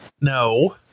No